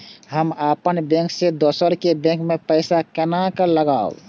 हम अपन बैंक से दोसर के बैंक में पैसा केना लगाव?